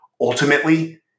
Ultimately